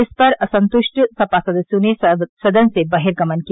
इस पर असंतृष्ट सपा सदस्यों ने सदन से बर्हिगमन किया